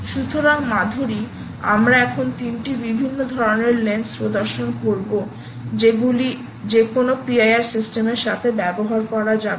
সুতরাং মাধুরী আমরা এখন তিনটি বিভিন্ন ধরণের লেন্স প্রদর্শন করব যেগুলি যেকোনো PIR সিস্টেমের সাথে ব্যবহার করা যাবে